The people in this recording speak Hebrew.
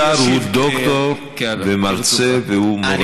השר הוא דוקטור ומרצה והוא מורה.